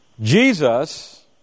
Jesus